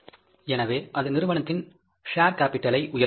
எனவே அது நிறுவனத்தின் ஷேர் கேபிடல்ஐ உயர்த்துகின்றது